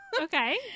Okay